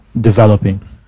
developing